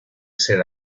ser